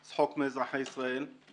צחוק מאזרחי ישראל.